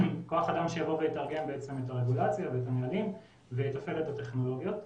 כוח אדם שיבוא ויתרגם את הרגולציה ואת הנהלים ויתפעל את הטכנולוגיות.